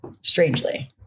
strangely